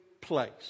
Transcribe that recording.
place